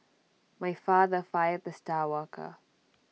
my father fired the star worker